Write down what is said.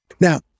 Now